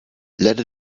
let